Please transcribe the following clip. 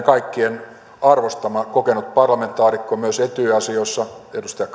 kaikkien arvostama kokenut parlamentaarikko myös etyj asioissa edustaja